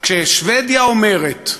כששבדיה אומרת: